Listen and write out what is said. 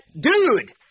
dude